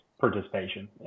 participation